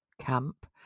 camp